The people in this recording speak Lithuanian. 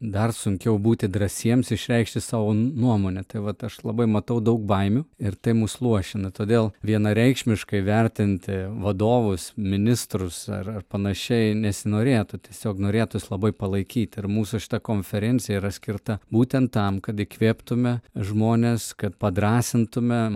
dar sunkiau būti drąsiems išreikšti savo nuomonę tai vat aš labai matau daug baimių ir tai mus luošina todėl vienareikšmiškai vertinti vadovus ministrus ar ar panašiai nesinorėtų tiesiog norėtųsi labai palaikyti ir mūsų šita konferencija yra skirta būtent tam kad įkvėptume žmones kad padrąsintume